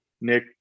Nick